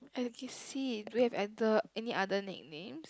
I can see do you have other any other nicknames